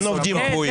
אין עובדים קבועים.